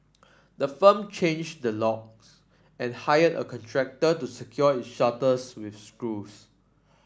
the firm changed the locks and hired a contractor to secure its shutters with screws